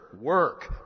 work